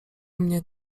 mnie